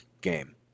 game